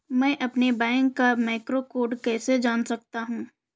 मैं अपने बैंक का मैक्रो कोड कैसे जान सकता हूँ?